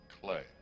Clay